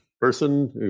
person